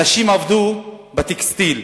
הנשים עבדו בטקסטיל,